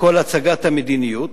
בכל הצגת המדיניות,